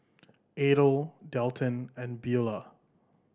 Adel Dalton and Beulah